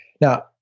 Now